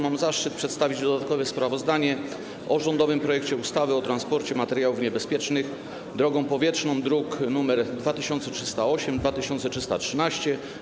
Mam zaszczyt przedstawić dodatkowe sprawozdanie komisji dotyczące rządowego projektu ustawy o transporcie materiałów niebezpiecznych drogą powietrzną, druki nr 2308 i 2313.